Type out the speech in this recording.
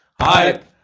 hype